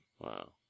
Wow